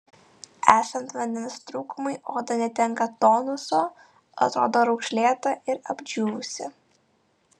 esant vandens trūkumui oda netenka tonuso atrodo raukšlėta ir apdžiūvusi